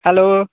hello